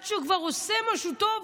עד שהוא כבר עושה משהו טוב,